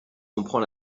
comprend